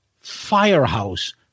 Firehouse